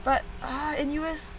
but ah in N_U_S